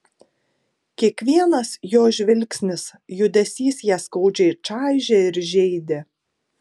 kiekvienas jo žvilgsnis judesys ją skaudžiai čaižė ir žeidė